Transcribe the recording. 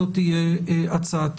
זאת תהיה הצעתי.